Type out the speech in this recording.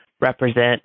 represent